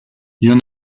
y’en